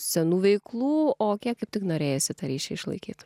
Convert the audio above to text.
senų veiklų o kiek kaip tik norėjosi tą ryšį išlaikyt